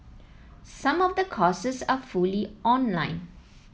some of the courses are fully online